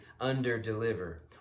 under-deliver